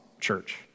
church